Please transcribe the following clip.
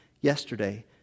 yesterday